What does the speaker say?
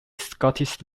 scottish